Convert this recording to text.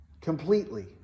completely